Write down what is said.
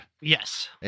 Yes